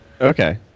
Okay